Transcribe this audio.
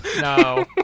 No